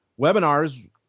webinars